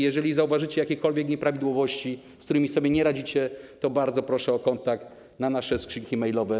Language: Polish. Jeżeli zauważycie jakiekolwiek nieprawidłowości, z którymi sobie nie radzicie, bardzo proszę o kontakt na nasze skrzynki mailowe.